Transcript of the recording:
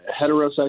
heterosexual